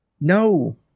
No